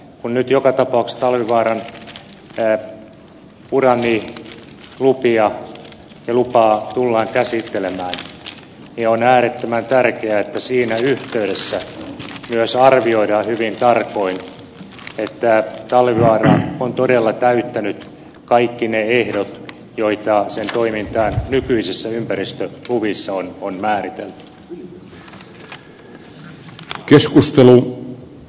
kun nyt joka tapauksessa oli varannut tälle puraisi lupia talvivaaran uraanilupaa tullaan käsittelemään niin on äärettömän tärkeää että siinä yhteydessä myös arvioidaan hyvin tarkoin että talvivaara on todella täyttänyt kaikki ne ehdot joita sen toiminnalle nykyisissä ympäristöluvissa on määritelty